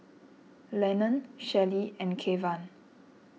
Lenon Shelly and Kevan